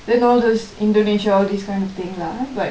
then all those indonesia all these kind of thingk lah but